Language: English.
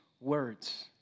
words